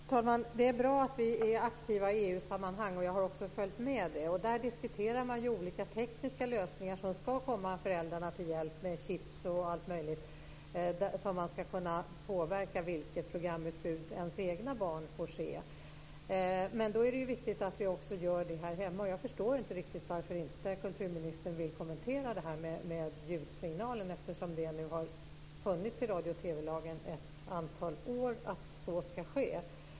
Fru talman! Det är bra att vi är aktiva i EU sammanhang, och jag har också följt med i det. Där diskuterar man olika tekniska lösningar som ska komma föräldrarna till hjälp. Det är chips och allt möjligt så att man ska kunna påverka vilket programutbud ens egna barn får se. Men då är det viktigt att vi också gör det här hemma. Jag förstår inte riktigt varför kulturministern inte vill kommentera det här med ljudsignalen eftersom det nu har funnits i radio och TV-lagen i ett antal år att så ska ske.